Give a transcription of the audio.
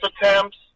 attempts